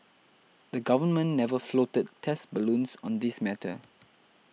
the Government never floated test balloons on this matter